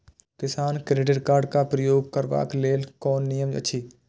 किसान credit card क प्रयोग करबाक लेल कोन नियम अछि?